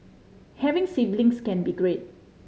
having siblings can be great